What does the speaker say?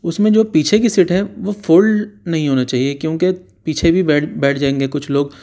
اس میں جو پیچھے کی سیٹ ہے وہ فولڈ نہیں ہونا چاہیے کیونکہ پیچھے بھی بیٹھ بیٹھ جائیں گے کچھ لوگ